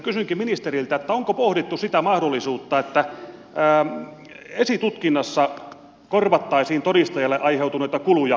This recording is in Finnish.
kysynkin ministeriltä onko pohdittu sitä mahdollisuutta että esitutkinnassa korvattaisiin todistajalle aiheutuneita kuluja poliisin kehyksestä